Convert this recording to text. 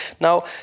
Now